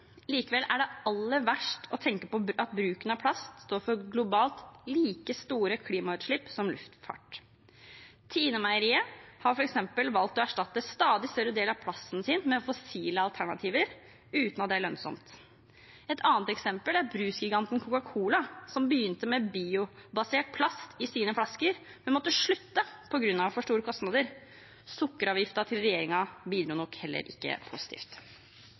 Likevel er det aller verst å tenke på at bruken av plast globalt står for like store klimautslipp som luftfart. TINE har f.eks. valgt å erstatte en stadig større del av plasten sin med fossilfrie alternativer uten at det er lønnsomt. Et annet eksempel er brusgiganten Coca-Cola, som begynte med biobasert plast i sine flasker, men måtte slutte på grunn av for store kostnader. Sukkeravgiften til regjeringen bidro nok heller ikke positivt.